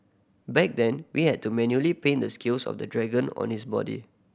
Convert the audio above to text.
back then we had to manually paint the scales of the dragon on its body